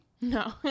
No